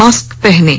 mask पहनें